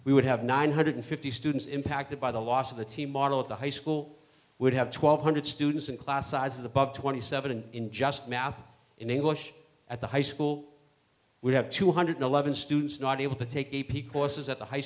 we would have nine hundred fifty students impacted by the loss of the team model at the high school would have twelve hundred students in class sizes above twenty seven in just math in english at the high school we have two hundred eleven students not able to take a p courses at the high